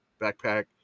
backpack